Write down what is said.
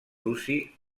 luci